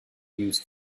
used